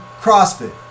CrossFit